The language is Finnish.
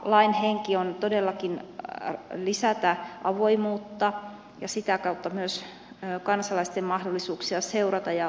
lain henki on todellakin lisätä avoimuutta ja sitä kautta myös kansalaisten mahdollisuuksia seurata ja osallistua keskusteluun